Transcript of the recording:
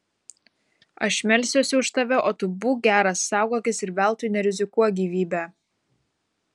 aš melsiuosi už tave o tu būk geras saugokis ir veltui nerizikuok gyvybe